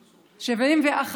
1971,